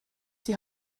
die